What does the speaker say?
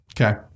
Okay